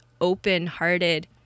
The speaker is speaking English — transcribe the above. open-hearted